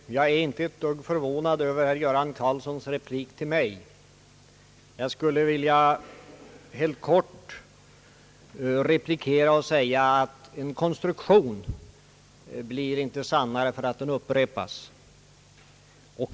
Herr talman! Jag är inte ett dugg förvånad över herr Göran Karlssons replik till mig. Jag skulle helt kort vilja svara honom, att en konstruktion inte blir sannare därför att den upprepas.